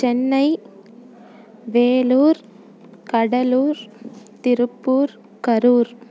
Chennai Vellore Cuddalore Tiruppur Karur